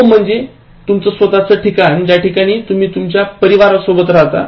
home म्हणजे तुमचं स्वतःच ठिकाण ज्या ठिकाणी तुम्ही तुमच्या परिवारासोबत राहता